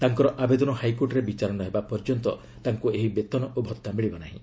ତାଙ୍କ ଆବେଦନ ହାଇକୋର୍ଟରେ ବିଚାର ନ ହେବା ପର୍ଯ୍ୟନ୍ତ ତାଙ୍କୁ ଏହି ବେତନ ଓ ଭଉା ମିଳିବ ନାହିଁ